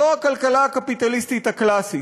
זו הכלכלה הקפיטליסטית הקלאסית,